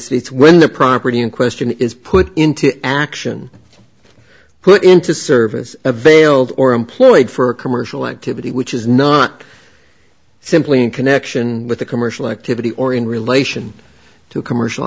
states when the property in question is put into action put into service a veiled or employed for commercial activity which is not simply in connection with the commercial activity or in relation to commercial